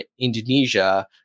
Indonesia